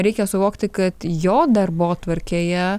reikia suvokti kad jo darbotvarkėje